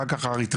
אחר כך האריתראים,